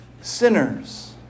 sinners